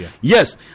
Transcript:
Yes